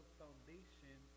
foundation